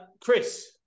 Chris